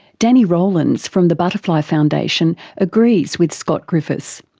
danni rowlands from the butterfly foundation agrees with scott griffiths.